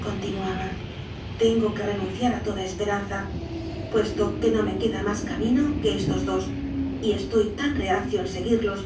con tinuaba tengo que renunciar a toda esperanza puesto que no me queda más camino que estos dos y estoy tan reacio en seguirlos